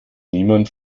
niemand